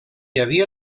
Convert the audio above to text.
havia